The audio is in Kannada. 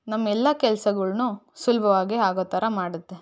ನಮ್ಮ ಎಲ್ಲ ಕೆಲಸಗಳ್ನೂ ಸುಲಭವಾಗಿ ಆಗೋ ಥರ ಮಾಡುತ್ತೆ